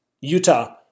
Utah